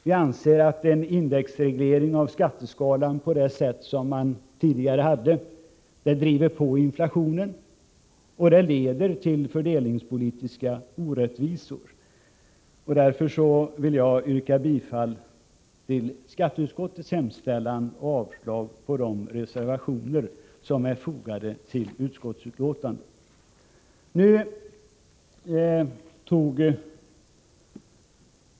Vi anser att en indexreglering av skatteskalan, på det sätt som vi hade tidigare, driver på inflationen och leder till fördelningspolitiska orättvisor. Därför vill jag yrka bifall till skatteutskottets hemställan och avslag på de reservationer som är fogade till utskottsbetänkandet.